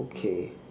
okay